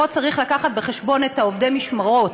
אולי פה צריך להביא בחשבון את עובדי המשמרות.